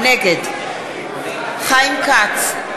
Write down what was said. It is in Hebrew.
נגד חיים כץ,